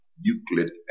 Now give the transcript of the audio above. Euclid